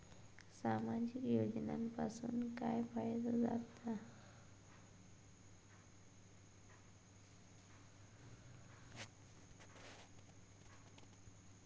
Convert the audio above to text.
सामाजिक योजनांपासून काय फायदो जाता?